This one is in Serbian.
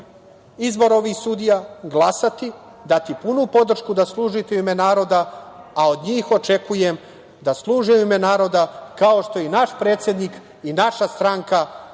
izbor ovih sudija, glasati, dati punu podršku da služite u ime naroda, a od njih očekujem da služe u ime naroda, kao što i naš predsednik i naša stranka služe u